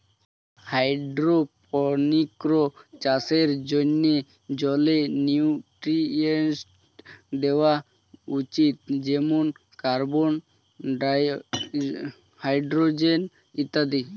hydroponics চাষের জন্যে জলে নিউট্রিয়েন্টস দেওয়া উচিত যেমন কার্বন, হাইড্রোজেন ইত্যাদি